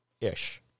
ish